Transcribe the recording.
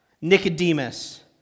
Nicodemus